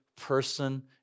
person